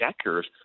checkers